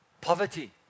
poverty